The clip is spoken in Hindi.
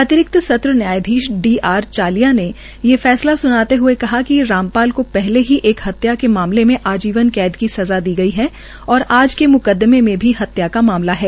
अतिरिक्त न्यायाधीश डी आर चालिया ने ये फैसला सुनाते हए कहा कि रामपाल को पहले ही एक हत्या मामले में आजीवन कैद की सज़ा दी गई और आज के म्कदमें में भी हत्या का मामला है